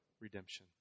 redemption